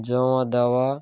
জমা দেওয়া